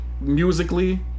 musically